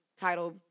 title